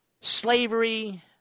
slavery